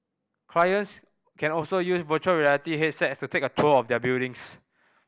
clients can also use virtual reality headset to take a tour of their buildings